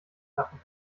davon